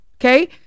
okay